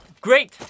Great